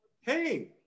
hey